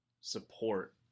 support